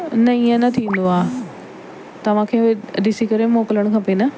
न ईअं न थींदो आहे तव्हांखे ॾिसी करे मोकिलणु खपे न